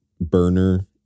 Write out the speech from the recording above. burner